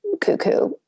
cuckoo